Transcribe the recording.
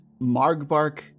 Margbark